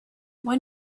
when